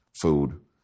food